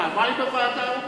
פעמיים בוועדה?